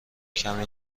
کمی